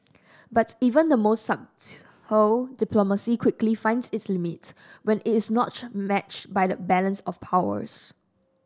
but even the most subtle diplomacy quickly finds its limits when it's not matched by a balance of powers